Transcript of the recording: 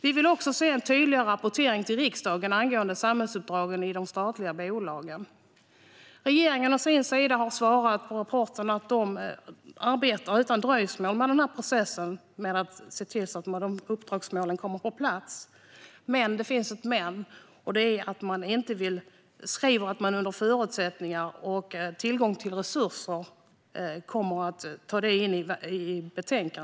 Vi vill också se en tydlig rapportering till riksdagen angående samhällsuppdragen i de statliga bolagen. Regeringen har å sin sida svarat på rapporten. De säger att de arbetar utan dröjsmål med processen att se till att uppdragsmålen kommer på plats. Men det finns ett "men". De skriver att hur snabbt de kan gå fram beror på förutsättningar och tillgängliga resurser.